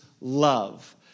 love